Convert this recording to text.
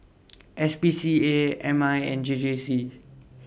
S P C A M I and J J C